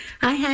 hi